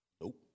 Nope